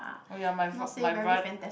oh ya my my bro~